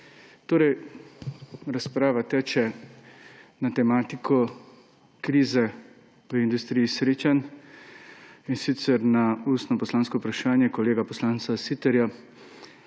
Torej, razprava teče na tematiko krize v industriji srečanj, in sicer na ustno poslansko vprašanje kolega poslanca Siterja,